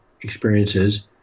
experiences